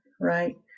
right